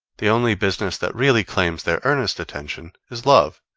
the only business that really claims their earnest attention is love,